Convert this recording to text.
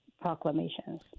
proclamations